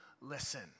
listen